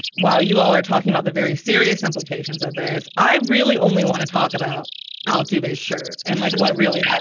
while you all are talking about the very serious implications of this, i really only want to talk about altuve, a shirt and like what really